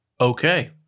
Okay